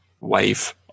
wave